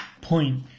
point